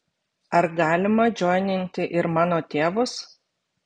ar galima džoininti ir mano tėvus